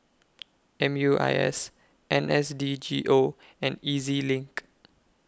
M U I S N S D G O and E Z LINK